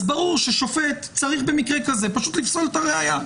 אז ברור ששופט צריך במקרה כזה פשוט לפסול את הראיה.